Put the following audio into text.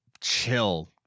chill